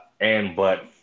and-but